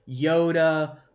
yoda